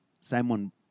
Simon